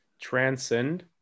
Transcend